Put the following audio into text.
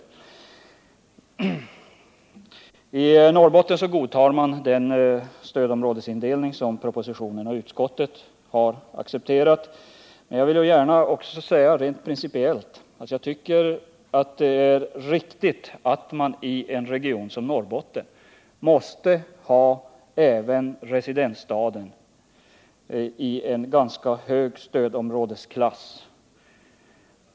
Beträffande Norrbotten godtar man den stödområdesindelning som propositionen och utskottet har föreslagit. Jag vill gärna säga rent principiellt att jag tycker att det är riktigt att man ien region som Norrbotten har även residensstaden i en ganska hög stödområdesklass.